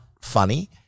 funny